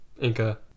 Inca